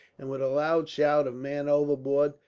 and with a loud shout of man overboard!